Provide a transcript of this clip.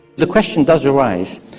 the question does arise,